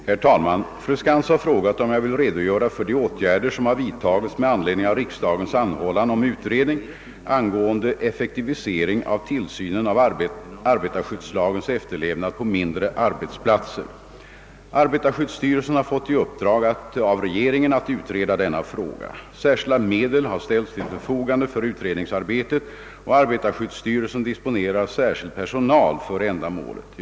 Herr talman! Fru Skantz har frågat om jag vill redogöra för de åtgärder som har vidtagits med anledning av riksdagens anhållan om utredning angående effektivisering av tillsynen av arbetarskyddslagens = efterlevnad på mindre arbetsplatser. Arbetarskyddsstyrelsen har fått i uppdrag av regeringen att utreda denna fråga. Särskilda medel har ställts till förfogande för utredningsarbetet, och arbetarskyddsstyrelsen disponerar särskild personal för ändamålet.